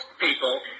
people